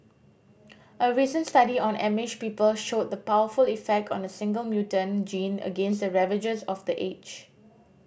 a recent study on Amish people showed the powerful effect on a single mutant gene against the ravages of the age